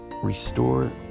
Restore